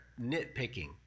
nitpicking